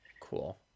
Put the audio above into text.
Cool